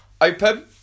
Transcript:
open